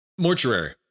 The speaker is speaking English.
mortuary